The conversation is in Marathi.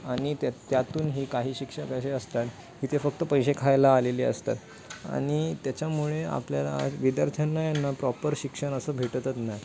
आणि त्या त्यातून हे काही शिक्षक असे असतात की ते फक्त पैसे खायला आलेले असतात आणि त्याच्यामुळे आपल्याला विद्यार्थ्यांना यांना प्रॉपर शिक्षण असं भेटतच नाही